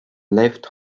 left